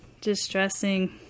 distressing